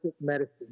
medicine